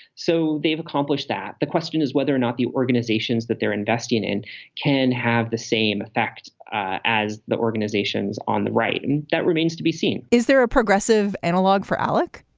so they've accomplished that. the question is whether or not the organizations that they're investing in can have the same effect as the organizations on the right. and that remains to be seen is there a progressive analogue for alec?